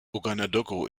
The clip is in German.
ouagadougou